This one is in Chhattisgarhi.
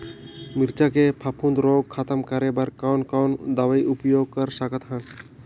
मिरचा के फफूंद रोग खतम करे बर कौन कौन दवई उपयोग कर सकत हन?